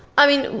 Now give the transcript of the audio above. i mean,